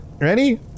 Ready